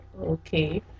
okay